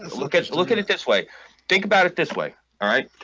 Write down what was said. look at you look at it. this way think about it this way all right?